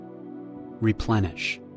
replenish